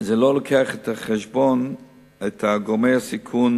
זה לא לוקח בחשבון את גורמי הסיכון